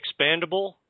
Expandable